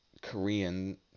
Korean